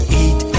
eat